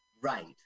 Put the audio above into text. Right